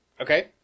Okay